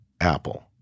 Apple